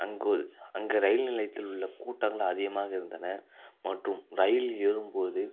அங்கு அங்கே ரயில் நிலையத்தில் உள்ள கூட்டங்கள் அதிகமாக இருந்தன மற்றும் ரயிலில் ஏறும்போது